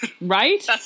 Right